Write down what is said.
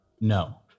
No